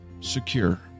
secure